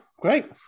great